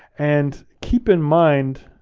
and keep in mind,